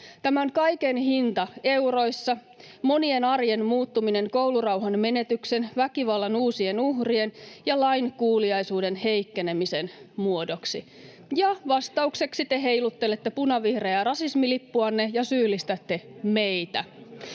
tämän kaiken hinta euroissa, monien arjen muuttuminen koulurauhan menetyksen, väkivallan uusien uhrien ja lainkuuliaisuuden heikkenemisen muodossa. Vastaukseksi te heiluttelette punavihreää rasismilippuanne ja syyllistätte meitä.